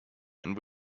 and